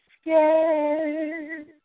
scared